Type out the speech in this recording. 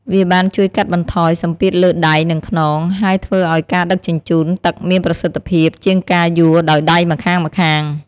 វាបានជួយកាត់បន្ថយសម្ពាធលើដៃ និងខ្នង ហើយធ្វើឱ្យការដឹកជញ្ជូនទឹកមានប្រសិទ្ធភាពជាងការយួរដោយដៃម្ខាងៗ។